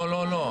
לא, לא, לא.